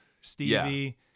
Stevie